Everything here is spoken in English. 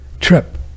trip